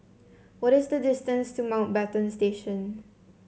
what is the distance to Mountbatten Station